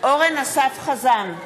אורן אסף חזן,